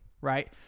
right